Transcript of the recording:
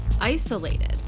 isolated